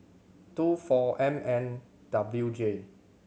two four M N W J